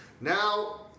Now